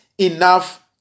enough